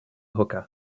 hookah